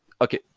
okay